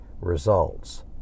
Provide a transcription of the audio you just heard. results